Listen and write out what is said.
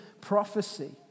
prophecy